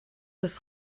des